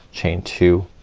chain two